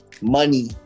money